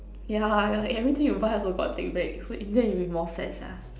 yeah like everything you buy also got take back so in the end you will be more sad sia